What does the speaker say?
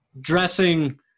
dressing